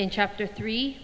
in chapter three